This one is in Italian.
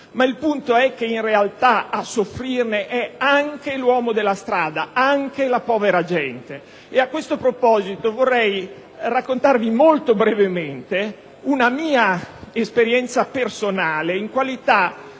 Il punto però è che in realtà a soffrirne è anche l'uomo della strada, è anche la povera gente. A questo proposito, vorrei raccontarvi molto brevemente una mia esperienza personale vissuta